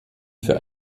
für